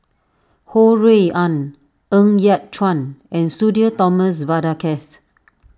Ho Rui An Ng Yat Chuan and Sudhir Thomas Vadaketh